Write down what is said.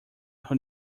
who